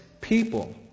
People